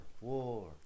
War